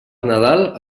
nadal